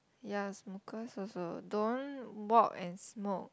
ya smokers also don't walk and smoke